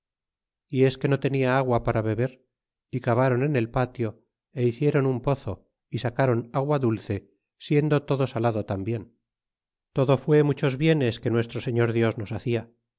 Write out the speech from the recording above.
y es que no tenia agua para beber y cabáron en el patio é hicieron un pozo y sacron agua dulce siendo todo salado tambien todo fllé muchos bienes que nuestro señor dios nos hacia